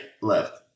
left